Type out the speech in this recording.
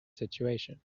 situation